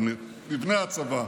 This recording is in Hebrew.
על מבנה הצבא.